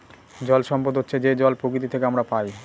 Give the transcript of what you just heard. জল সম্পদ হচ্ছে যে জল প্রকৃতি থেকে আমরা পায়